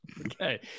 okay